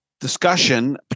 discussion